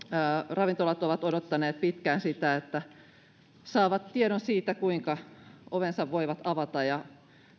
ravintolat ovat odottaneet pitkään sitä että saavat tiedon siitä kuinka ovensa voivat avata ja